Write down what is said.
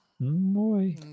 Boy